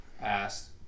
Asked